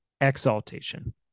exaltation